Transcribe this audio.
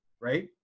right